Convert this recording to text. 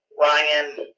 Ryan